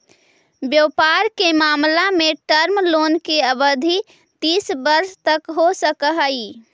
व्यापार के मामला में टर्म लोन के अवधि तीस वर्ष तक हो सकऽ हई